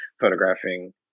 photographing